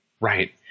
Right